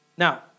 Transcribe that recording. Now